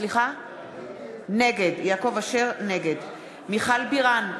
נגד מיכל בירן,